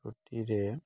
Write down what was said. ରୁଟିରେ